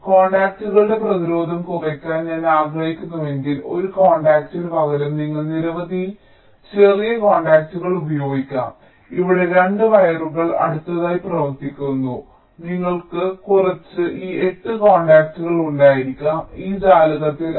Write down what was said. അതിനാൽ കോൺടാക്റ്റുകളുടെ പ്രതിരോധം കുറയ്ക്കാൻ ഞാൻ ആഗ്രഹിക്കുന്നുവെങ്കിൽ ഒരു കോൺടാക്റ്റിന് പകരം നിങ്ങൾക്ക് നിരവധി ചെറിയ കോൺടാക്റ്റുകൾ ഉപയോഗിക്കാം ഇവിടെ 2 വയറുകൾ അടുത്തടുത്തായി പ്രവർത്തിക്കുന്നു നിങ്ങൾക്ക് കുറച്ച് ഈ 8 കോൺടാക്റ്റുകൾ ഉണ്ടായിരിക്കാം ഈ ജാലകത്തിൽ